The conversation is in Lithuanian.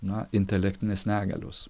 na intelektinės negalios